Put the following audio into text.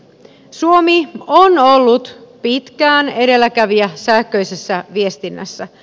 suomi on ollut pitkään edelläkävijä sähköisessä viestinnässä